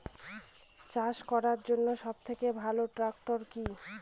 চাষ করার জন্য সবথেকে ভালো ট্র্যাক্টর কি?